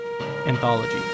Anthology